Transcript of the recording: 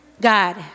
God